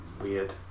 weird